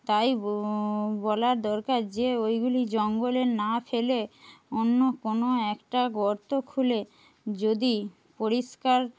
তাই বলার দরকার যে ওইগুলি জঙ্গলে না ফেলে অন্য কোনো একটা গর্ত খুলে যদি পরিষ্কার